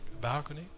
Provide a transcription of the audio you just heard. balcony